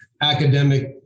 academic